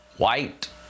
White